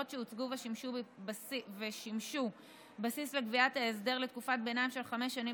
שהוצגו ושימשו בסיס לקביעת ההסדר לתקופת ביניים של חמש שנים,